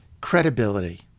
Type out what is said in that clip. credibility